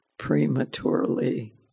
prematurely